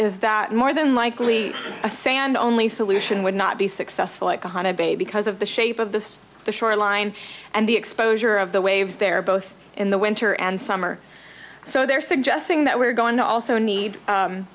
is that more than likely a sand only solution would not be successful like a hunted bay because of the shape of the the shoreline and the exposure of the waves there both in the winter and summer so they're suggesting that we're going to also need